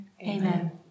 Amen